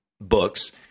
books